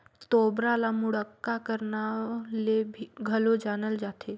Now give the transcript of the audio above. तोबरा ल मुड़क्का कर नाव ले घलो जानल जाथे